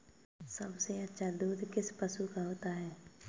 सबसे अच्छा दूध किस पशु का होता है?